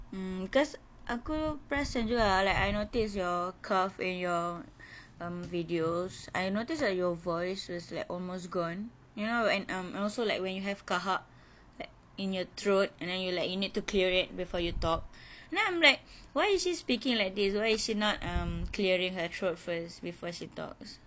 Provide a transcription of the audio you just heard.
mm cause aku perasan juga like I notice your cough in your um videos I notice that your voice is like almost gone you know and um and also like when you have kahak li~ in your throat and then you like you need to clear it before you talk then I'm like why is she speaking like this why is she not um clearing her throat first before she talk